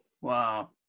Wow